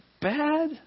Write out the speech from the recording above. bad